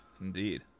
Indeed